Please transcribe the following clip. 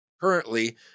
currently